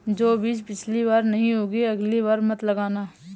जो बीज पिछली बार नहीं उगे, अगली बार मत लाना